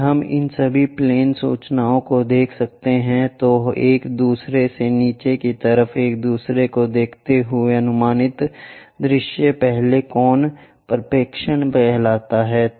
अगर हम इन सभी प्लेन सूचनाओं को दिखा सकते हैं तो एक दूसरे से नीचे की तरफ एक दूसरे को दिखाते हुए अनुमानित विचार पहले कोण प्रक्षेपण कहलाते हैं